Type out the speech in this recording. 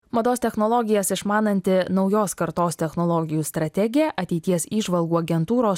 mados technologijas išmananti naujos kartos technologijų strategė ateities įžvalgų agentūros